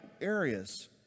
areas